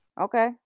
Okay